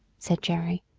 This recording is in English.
said jerry,